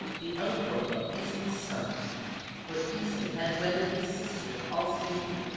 the uncle of aeson's son for aeson had wedded his sister alcimede,